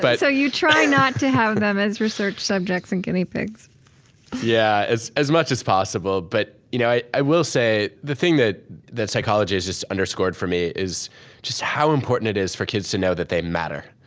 but so you try not to have them as research subjects and guinea pigs yeah. as as much as possible. but you know i i will say the thing that that psychology has underscored for me is just how important it is for kids to know that they matter.